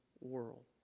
world